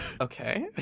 Okay